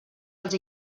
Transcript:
els